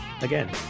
again